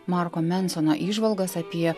marko mensono įžvalgas apie